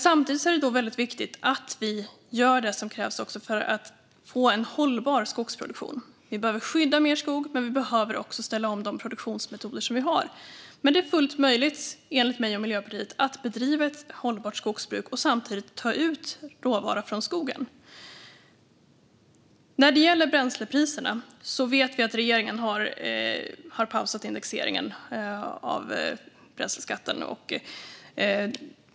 Samtidigt är det väldigt viktigt att vi gör det som krävs för att få en hållbar skogsproduktion. Vi behöver skydda mer skog. Men vi behöver också ställa om de produktionsmetoder som vi har. Det är fullt möjligt enligt mig och Miljöpartiet att bedriva ett hållbart skogsbruk och samtidigt ta ut råvara från skogen. När det gäller bränslepriserna vet vi att regeringen har pausat indexeringen av bränsleskatten.